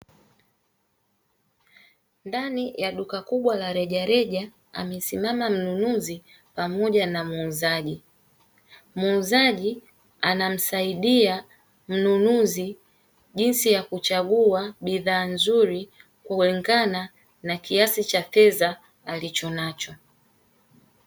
Ndani ya duka kubwa la reja reja amesimama mnunuzi pamoja na muuzaji, muuzaji anamsaidia mnunuzi jinsi ya kuchagua bidhaa nzuri kulingana na kiasi cha fedha alicho nacho.